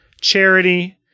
charity